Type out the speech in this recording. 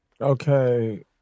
Okay